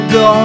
go